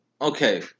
Okay